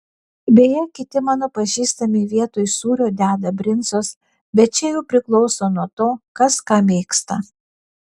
beje kiti mano pažįstami vietoj sūrio deda brinzos bet čia jau priklauso nuo to kas ką mėgsta